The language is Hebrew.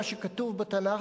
מה שכתוב בתנ"ך,